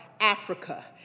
Africa